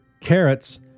carrots